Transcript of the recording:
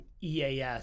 EAS